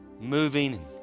moving